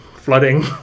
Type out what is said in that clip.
Flooding